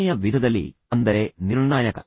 ಕೊನೆಯ ವಿಧದಲ್ಲಿ ಅಂದರೆ ನಿರ್ಣಾಯಕ